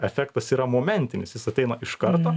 efektas yra momentinis jis ateina iš karto